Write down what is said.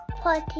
Party